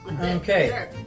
Okay